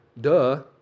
Duh